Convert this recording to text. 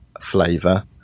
flavor